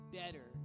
better